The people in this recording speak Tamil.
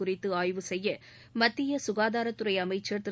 குறித்து ஆய்வு செய்ய மத்திய சுகாதாரத்துறை அமைச்சர் திரு